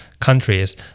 countries